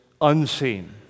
unseen